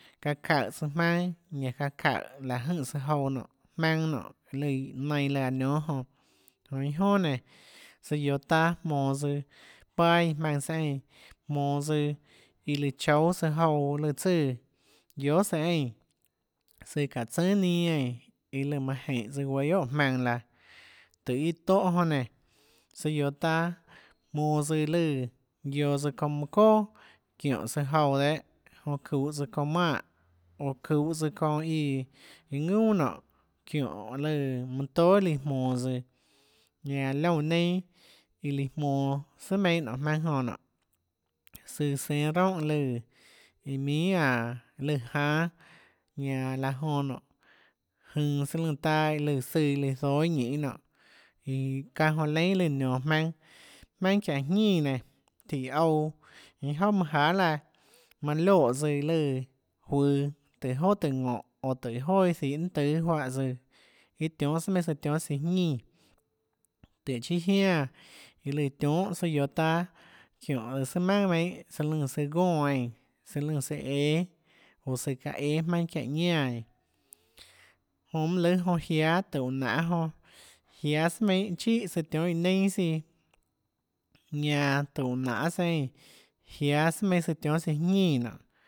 Çaã çáhå tsøã jmaønâ ñanã çaã çaùhå láhå jønè søã jouã nonê jmaønâ nonê lùã nainã lùã aã niónâ jonã jonã iâ jonà nénå søã guioå taâ jmonås tsøã paâ iã jmaønâ søã eínã jmonå tsøã iã lùã choúâ tsøã jouã iã lùã tsùã guiohà søã eínã søã çáhå tsùnà ninâ eínã iã lùã manã jeínhå guéâ guiohà óå jmaønã laã tùhå iâ tóhã jonã nénã søã guioå taâ jmonå tsøã lùã guioå tsøã çounã mønã çoà çiónhå søã jouã dehâ jonã çuhå tsøã çounã manè oå çuhå tsøã çounâ íã ðunà çiónhå lùã mønã tóà lùã jmonå tsøã ñanã liónã neinâ iã lùã jmonå sùà meinhâ nonê jmaønâ jonã nonê søã sénâ roúnhà lùã iã inhà anå lùã jánâ ñanã laã jonã nonê jønå søã lùnã taâ iã lùã søã iã lùã zóâ iâ ñinê nonê iã çánhã jonã leínà iã nionå jmaønâ jmaønâ çiáhå jñínã nénå tíhå ouã ninâ jouâ manâ jahà laã manã lioè tsøã iã lùã juøå tùhå joà tùhå gónhå oå tùhå joà iâ zinhå ninâ tùâ juáhã tsøã iâ tionhâ sùà mienhâ søã tionhâ siã jñínã tùhå chiâ jiánã iã lùã tionhâ søã guioå taâ çiónhå sùà maønà meinhâ søã lùnã gónã eínã søã lùã søã õâ oå sùhå çaã õâ jmaønâ çiáhå ñánã eínã jonã mønâ lùâ jonã jiáâ tùhå úhå nanê jonã jiáâ sùà meinhâ chíhà søã tionhâ iã neinâ siã ñanâ tùhå úhå nanê søã eínã jiáâ sùà meinhâ søã tionhâ siã jñínã nonê